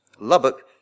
Lubbock